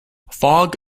fog